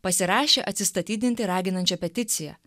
pasirašė atsistatydinti raginančią peticiją